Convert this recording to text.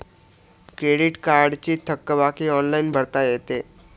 credit कार्डची थकबाकी online भरता येते